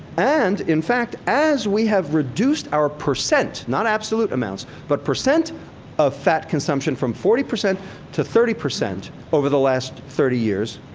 and, in fact, as we have reduced our percent, not absolute amounts, but percent of fat consumption from forty percent to thirty percent over the last thirty years,